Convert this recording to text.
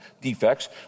defects